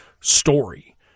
story